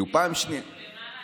אם יש מישהו למעלה,